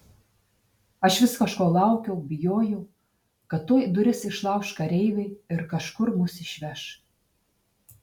aš vis kažko laukiau bijojau kad tuoj duris išlauš kareiviai ir kažkur mus išveš